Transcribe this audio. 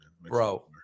Bro